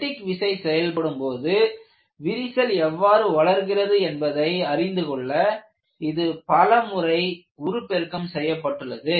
பெடிக் விசை செயல்படும் போது விரிசல் எவ்வாறு வளர்கிறது என்பதை அறிந்து கொள்ள இது பலமுறை உருப்பெருக்கம் செய்யப்பட்டுள்ளது